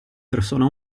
persona